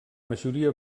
majoria